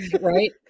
right